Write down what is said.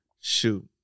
Shoot